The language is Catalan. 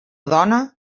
dona